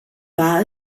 war